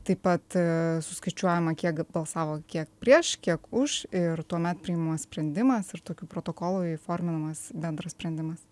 taip pat suskaičiuojama kiek balsavo kiek prieš kiek už ir tuomet priimamas sprendimas ir tokiu protokolu įforminamas bendras sprendimas